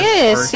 Yes